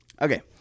Okay